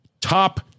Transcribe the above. Top